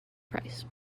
price